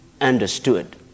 understood